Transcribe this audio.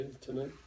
tonight